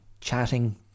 chatting